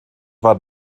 war